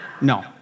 No